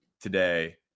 today